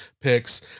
picks